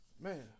Man